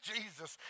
Jesus